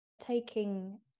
Taking